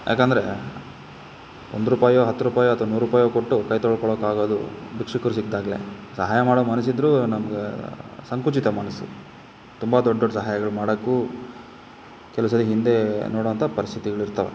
ಏಕಂದ್ರೆ ಒಂದು ರೂಪಾಯೋ ಹತ್ತು ರೂಪಾಯೋ ಅಥವಾ ನೂರು ರೂಪಾಯೋ ಕೊಟ್ಟು ಕೈ ತೊಳ್ಕೊಳಕ್ಕೆ ಆಗೋದು ಭಿಕ್ಷುಕ್ರು ಸಿಕ್ಕಿದಾಗ್ಲೆ ಸಹಾಯ ಮಾಡೋ ಮನಸ್ಸಿದ್ರೂ ನಮ್ಗೆ ಸಂಕುಚಿತ ಮನಸ್ಸು ತುಂಬ ದೊಡ್ಡ ದೊಡ್ಡ ಸಹಾಯಗಳು ಮಾಡೋಕ್ಕೂ ಕೆಲವು ಸಾರಿ ಹಿಂದೆ ನೋಡೋಂಥ ಪರ್ಸ್ಥಿತಿಗಳು ಇರ್ತವೆ